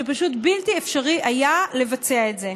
שפשוט בלתי אפשרי היה לבצע את זה,